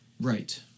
Right